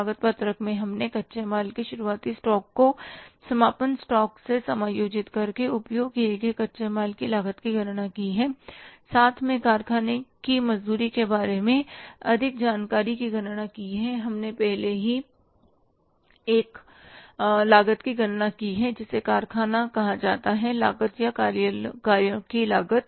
लागत पत्रक में हमने कच्चे माल के शुरुआती स्टॉक को समापन स्टॉक से समायोजित करके उपयोग किए गए कच्चे माल की लागत की गणना की है साथ में कारखाने की मजदूरी के बारे में अधिक जानकारी की गणना की है हमने पहले ही एक लागत की गणना की है जिसे कारखाना कहा जाता है लागत या कार्यों की लागत